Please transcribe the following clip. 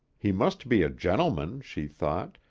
he must be a gentleman, she thought,